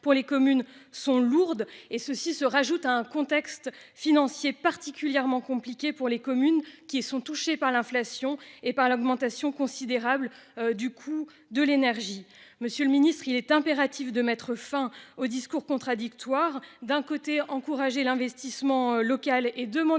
pour les communes sont lourdes et ceci se rajoute un contexte financier particulièrement compliquée pour les communes qui sont touchés par l'inflation et par l'augmentation considérable du coût de l'énergie. Monsieur le ministre, il est impératif de mettre fin au discours contradictoires, d'un côté, encourager l'investissement local et demander